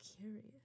curious